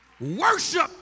Worship